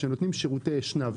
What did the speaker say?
שנותנים שירותי אשנב,